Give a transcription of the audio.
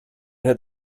had